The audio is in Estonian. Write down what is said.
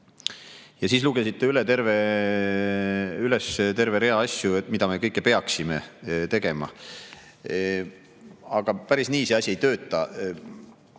Siis lugesite üles terve rea asju, mida kõike me peaksime tegema. Aga päris nii see asi ei tööta.